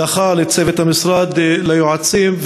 לך, לצוות המשרד, ליועצים.